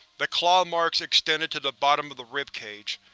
the claw marks extended to the bottom of the ribcage.